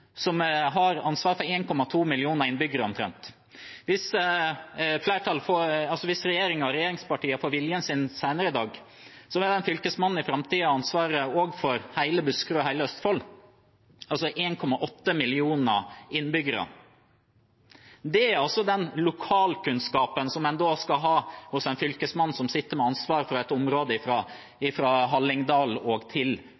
har ansvar for omtrent 1,2 millioner innbyggere. Hvis regjeringen og regjeringspartiene får viljen sin senere i dag, vil den fylkesmannen i framtiden også ha ansvar for hele Buskerud og hele Østfold, altså 1,8 millioner innbyggere. Det er den lokalkunnskapen en skal ha hos en fylkesmann som sitter med ansvaret for et område fra Hallingdal til